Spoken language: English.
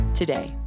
Today